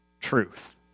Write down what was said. truth